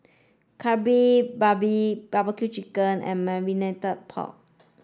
Kari Babi Barbecue Chicken Wings and Marmite Pork Ribs